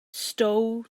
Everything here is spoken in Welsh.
stow